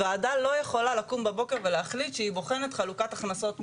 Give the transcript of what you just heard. ועדה לא יכולה לקום בבוקר ולהחליט שהיא בוחנת חלוקת הכנסות מטעמה.